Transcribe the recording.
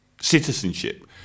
citizenship